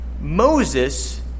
Moses